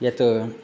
यत्